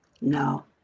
No